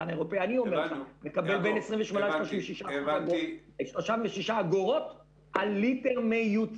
אני אומר לך שהרפתן האירופאי מקבל בין 28 ל-36 אגורות על ליטר מיוצר.